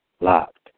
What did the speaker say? locked